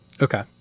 Okay